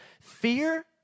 fear